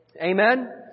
Amen